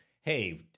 hey